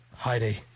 Heidi